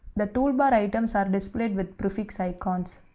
the toolbar items are displayed with prefix icons.